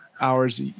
hours